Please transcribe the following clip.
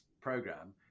program